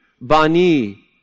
Bani